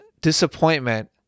disappointment